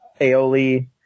aioli